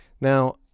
Now